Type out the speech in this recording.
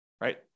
Right